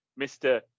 Mr